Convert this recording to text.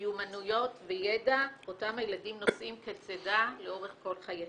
מיומנויות וידע אותם הילדים נושאים כצידה לאורך כל חייהם.